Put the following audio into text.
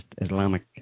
Islamic